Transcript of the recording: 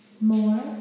more